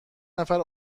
نفر